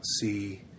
see